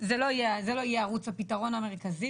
זה לא יהיה ערוץ הפתרון המרכזי,